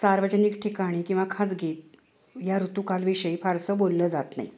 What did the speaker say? सार्वजनिक ठिकाणी किंवा खासगीत या ऋतूकालविषयी फारसं बोललं जात नाही